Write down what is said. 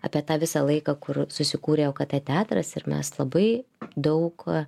apie tą visą laiką kur susikūrė o k t teatras ir mes labai daug kuo